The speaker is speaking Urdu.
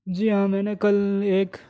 جی ہاں میں نے کل ایک